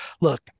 look